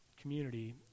community